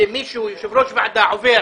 שמי שהוא יושב-ראש ועדה עובר